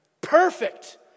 perfect